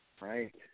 Right